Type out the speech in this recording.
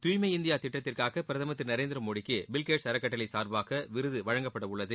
துய்மை இந்தியா திட்டத்திற்காக பிரதமர் திரு நரேந்திரமோடிக்கு பில்கேட்ஸ் அறக்கட்டளை சார்பாக விருது வழங்கப்பட உள்ளது